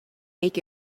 make